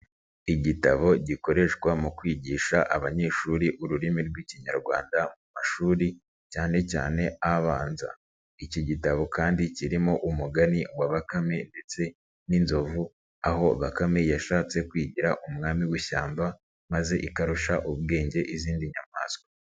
Igitabo gikoreshwa mu kwigisha abanyeshuri ururimi rw'ikinyarwanda mu mashuri cyane cyane abanza, iki gitabo kandi kirimo umugani wa bakame ndetse n'inzovu, aho bakame yashatse kwigira umwami w'ishyamba maze ikarusha ubwenge izindi nyamaswa.